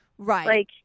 Right